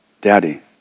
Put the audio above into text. Daddy